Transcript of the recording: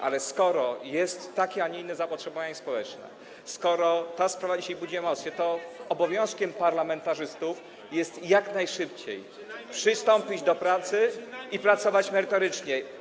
Ale skoro jest takie, a nie inne zapotrzebowanie społeczne, skoro ta sprawa dzisiaj budzi emocje, to obowiązkiem parlamentarzystów jest jak najszybciej przystąpić do pracy i pracować merytorycznie.